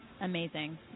amazing